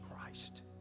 Christ